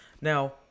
Now